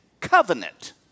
covenant